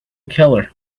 keller